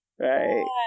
Right